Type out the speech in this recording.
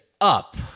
Up